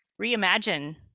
reimagine